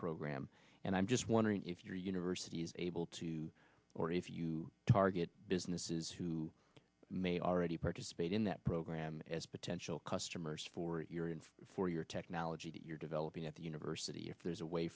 program and i'm just wondering if your university is able to or if you target businesses who may already participate in that program as potential customers for your for your technology that you're developing at the university if there's a way